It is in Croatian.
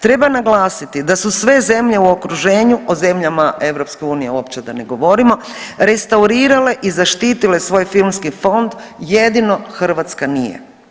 Treba naglasiti da su sve zemlje u okruženju, o zemljama EU uopće da ne govorimo, restaurirale i zaštitile svoj filmski fond jedino Hrvatska nije.